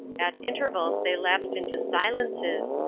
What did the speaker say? at intervals they lapsed into silences,